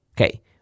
Okay